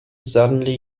suddenly